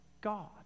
God